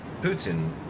Putin